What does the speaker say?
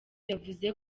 yavuze